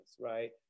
right